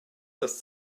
das